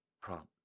Prompt